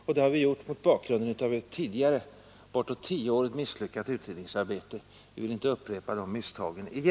Vi har gjort detta mot bakgrunden av ett tidigare bortåt tioårigt misslyckat utredningsarbete. Vi vill inte upprepa detta misstag.